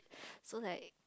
so like